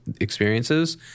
experiences